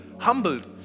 humbled